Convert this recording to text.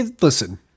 listen